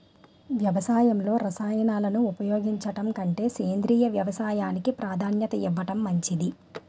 వ్యవసాయంలో రసాయనాలను ఉపయోగించడం కంటే సేంద్రియ వ్యవసాయానికి ప్రాధాన్యత ఇవ్వడం మంచిది